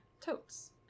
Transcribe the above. totes